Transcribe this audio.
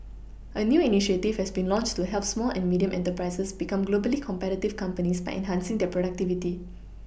a new initiative has been launched to help small and medium enterprises become globally competitive companies by enhancing their productivity